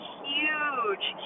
huge